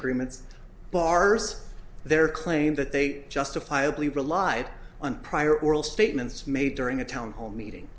agreements bars their claim that they justifiably relied on prior oral statements made during a town hall meeting